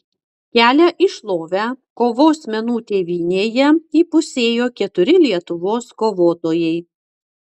kelią į šlovę kovos menų tėvynėje įpusėjo keturi lietuvos kovotojai